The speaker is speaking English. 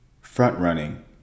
front-running